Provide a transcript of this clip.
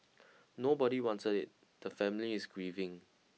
nobody wanted it the family is grieving